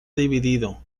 dividido